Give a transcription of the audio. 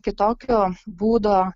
kitokio būdo